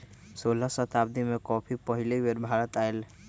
सोलह शताब्दी में कॉफी पहिल बेर भारत आलय